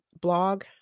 blog